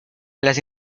las